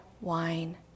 wine